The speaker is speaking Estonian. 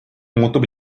muutub